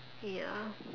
ya